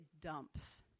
dumps